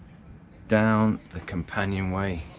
down the companionway,